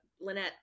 Lynette